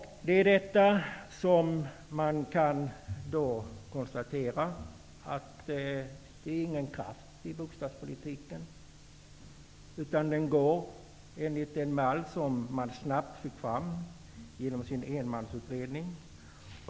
Man kan alltså konstatera att det inte är någon kraft i bostadspolitiken. Den går enligt en mall som man snabbt fick fram genom sin enmansutredning.